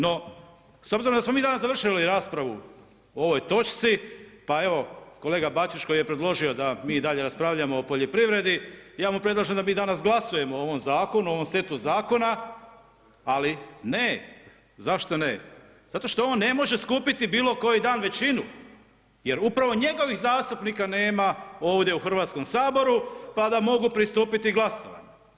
No, s obzirom da smo mi danas završili raspravu o ovoj točci, pa evo kolega Bačić koji je predložio da mi i dalje raspravljamo o poljoprivredi ja mu predlažem da mi danas glasujemo o ovom zakonu, ovom setu zakona, ali ne, zašto ne, zato što on ne može skupiti bilo koji dan većinu, jer upravo njegovih zastupnika nema ovdje u Hrvatskom saboru pa da mogu pristupiti glasovanju.